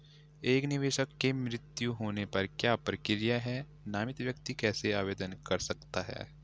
एक निवेशक के मृत्यु होने पर क्या प्रक्रिया है नामित व्यक्ति कैसे आवेदन कर सकता है?